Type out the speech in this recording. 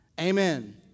Amen